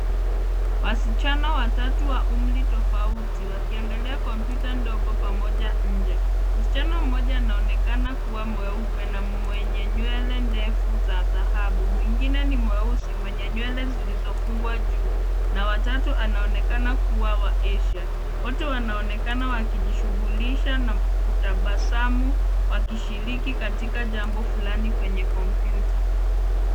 Wasichana watatu wa umri tofauti wakiangalia kompyuta ndogo pamoja nje. Msichana mmoja anaonekana kuwa mweupe na mwenye nywele ndefu za dhahabu. Mwingine ni mweusi mwenye nywele zilizofungwa juu na wa tatu anaonekana kuwa wa Asia. Wote wanaonekana wakijishughulisha na kutabasamu wakishiriki katika jambo fulani kwenye kompyuta.